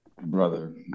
brother